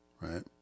right